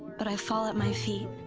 but i fall at my feet.